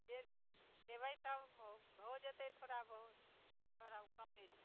दऽ देबै तऽ हो हो जेतै थोड़ा बहुत थोड़ा कम बेशी